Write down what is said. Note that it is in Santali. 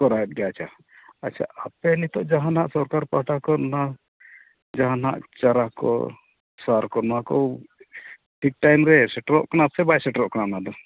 ᱠᱚᱨᱟᱣᱮᱫ ᱜᱮᱭᱟ ᱟᱪᱪᱷᱟ ᱟᱪᱪᱷᱟ ᱟᱯᱮ ᱱᱤᱛᱳᱜ ᱡᱟᱦᱟᱱᱟᱜ ᱥᱚᱨᱠᱟᱨ ᱯᱟᱦᱴᱟ ᱠᱷᱚᱱ ᱚᱱᱟ ᱡᱟᱦᱟᱸ ᱱᱟᱦᱟᱜ ᱪᱟᱨᱟ ᱠᱚ ᱥᱟᱨ ᱠᱚ ᱚᱱᱟ ᱠᱚ ᱴᱷᱤᱠ ᱴᱟᱭᱤᱢ ᱨᱮ ᱥᱮᱴᱮᱨᱚᱜ ᱠᱟᱱᱟ ᱥᱮ ᱵᱟᱭ ᱥᱮᱴᱮᱨᱚᱜ ᱠᱟᱱᱟ ᱚᱱᱟᱫᱚ